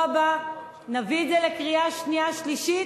הבא נביא את זה לקריאה שנייה ושלישית,